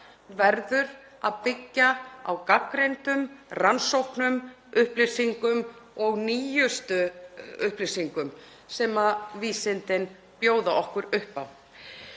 verður að byggja á gagnreyndum rannsóknum, upplýsingum og nýjustu upplýsingum sem vísindin bjóða okkur upp á.